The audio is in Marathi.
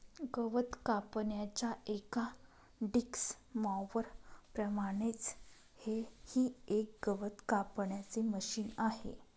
गवत कापण्याच्या एका डिक्स मॉवर प्रमाणेच हे ही एक गवत कापण्याचे मशिन आहे